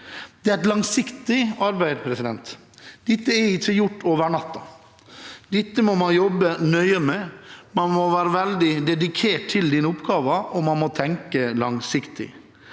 Dette er et langsiktig arbeid – det er ikke gjort over natten. Dette må man jobbe nøye med – man må være veldig dedikert til oppgaven – og man må tenke langsiktig.